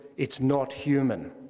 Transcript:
it's not human.